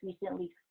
recently